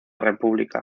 república